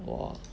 !whoa!